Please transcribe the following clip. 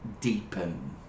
deepen